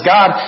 God